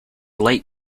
like